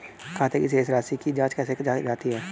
खाते की शेष राशी की जांच कैसे की जाती है?